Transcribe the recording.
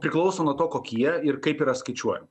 priklauso nuo to kokie ir kaip yra skaičiuojam